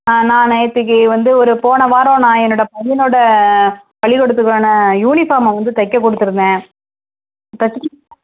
ஆ நான் நேற்றிக்கி வந்து ஒரு போன வாரம் நான் என்னோட பையனோட பள்ளிக்கூடத்துக்கான யூனிஃபார்மை வந்து தைக்க கொடுத்துருந்தேன் தச்சிட்டிங்க